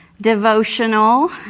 devotional